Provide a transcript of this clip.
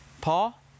Paul